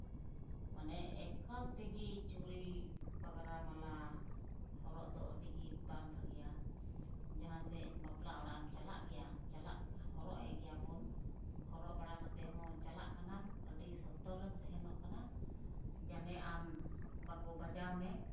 ᱢᱟᱱᱮ ᱮᱠᱟᱞ ᱛᱮᱜᱮ ᱪᱩᱨᱤ ᱯᱟᱜᱽᱨᱟ ᱢᱟᱞᱟ ᱦᱚᱨᱚᱜ ᱫᱚ ᱟᱹᱰᱤ ᱜᱮ ᱵᱟᱝ ᱵᱷᱟᱹᱜᱤᱭᱟ ᱡᱟᱦᱟᱸᱥᱮᱫ ᱵᱟᱯᱞᱟ ᱚᱲᱟᱜ ᱮᱢ ᱪᱟᱞᱟᱜ ᱜᱮᱭᱟ ᱪᱟᱞᱟᱜ ᱦᱚᱨᱚᱜᱮᱫ ᱜᱮᱭᱟ ᱵᱚᱱ ᱦᱚᱨᱚᱜ ᱵᱟᱲᱟ ᱠᱟᱛᱮᱫ ᱦᱚᱸ ᱪᱟᱞᱟᱜ ᱠᱟᱱᱟᱢ ᱟᱹᱰᱤ ᱥᱚᱱᱛᱚᱨ ᱨᱮᱢ ᱛᱟᱦᱮᱱᱚᱜ ᱠᱟᱱᱟᱢ ᱡᱮᱱᱚ ᱟᱢ ᱵᱟᱠᱚ ᱵᱟᱡᱟᱣ ᱢᱮ